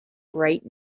right